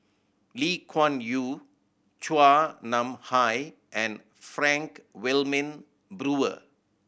Lee Kuan Yew Chua Nam Hai and Frank Wilmin Brewer